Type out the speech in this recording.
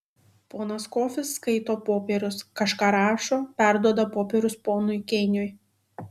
ponas kofis skaito popierius kažką rašo perduoda popierius ponui keiniui